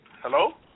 Hello